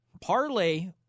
parlay